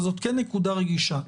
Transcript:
אבל זאת נקודה רגישה.